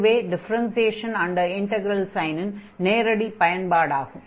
இதுவே differentiation under integral சைனின் நேரடியான பயன்பாடாகும்